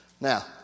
Now